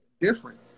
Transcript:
different